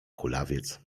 kulawiec